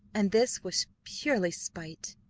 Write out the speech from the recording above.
and this was purely spite,